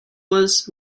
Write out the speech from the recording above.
was